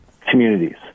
communities